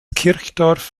kirchdorf